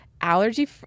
Allergy